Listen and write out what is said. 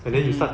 mm